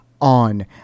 on